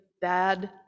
bad